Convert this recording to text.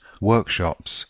workshops